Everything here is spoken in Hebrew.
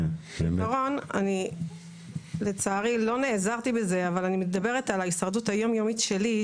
אני לצערי לא נעזרתי בזה אבל אני מדברת על ההישרדות היום-יומית שלי.